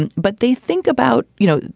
and but they think about, you know,